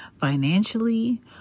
financially